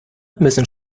müssen